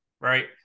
right